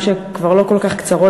הגם שהן כבר לא כל כך קצרות,